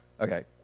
Okay